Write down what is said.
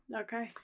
Okay